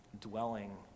dwelling